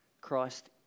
Christ